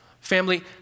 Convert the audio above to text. family